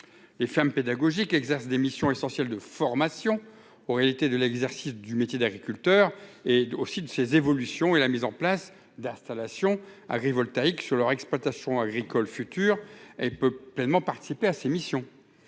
les fermes pédagogiques exercent des missions essentielles de formation aux réalités de l'exercice du métier d'agriculteur et aussi de ses évolutions et la mise en place d'installation agrivoltaïsme sur leur exploitation agricole future, elle peut pleinement participer à ces missions